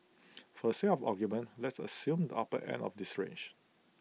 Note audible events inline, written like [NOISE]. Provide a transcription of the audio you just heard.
[NOISE] for the sake of argument let's assume the upper end of this range